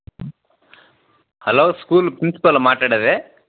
hello school ప్రిన్సిపలా మాట్లాడేది